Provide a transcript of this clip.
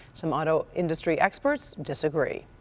some auto industry experts disagree.